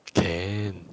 can